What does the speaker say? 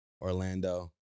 Orlando